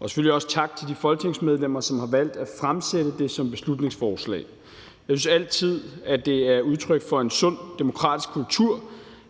vil selvfølgelig også sige tak til de folketingsmedlemmer, som har valgt at fremsætte det som et beslutningsforslag. Jeg synes altid, det er udtryk for en sund demokratisk kultur,